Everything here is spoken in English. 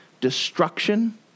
destruction